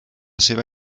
seva